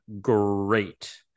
great